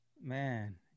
Man